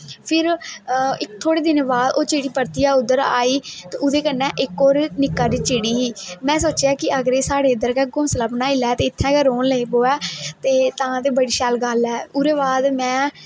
फिर इक थोह्डे़ दिनें बाद ओह् चिड़ी परतियै उद्धर आई ते ओहदे कन्नै इक और निक्की सारी चिड़ी ही में सोचेआ कि अगर एह् साढ़े इद्धर गै घोंसला बनाई लै ते इत्थै गै रौहन लगी पवै ते तां ते बड़ी शैल गल्ल ऐ ओहदे बाद में